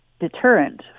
deterrent